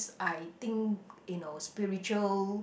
I think you know spiritual